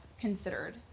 considered